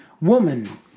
woman